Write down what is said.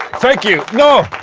thank you. no.